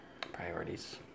Priorities